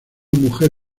mujer